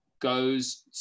Goes